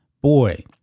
Boy